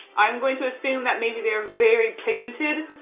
i'm going to assume that maybe they are very pigmented.